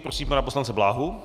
Prosím pana poslance Bláhu.